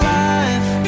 life